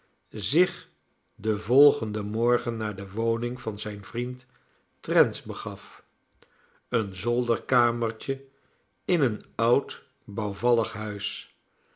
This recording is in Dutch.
zich den volgenden morgen naar de woning van zijn vriend trent begaf een zolderkamertje in een oud bouwvallig huis